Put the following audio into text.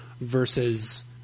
versus –